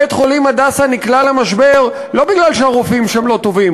בית-חולים "הדסה" נקלע למשבר לא מכיוון שהרופאים שם לא טובים,